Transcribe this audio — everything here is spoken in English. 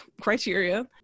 criteria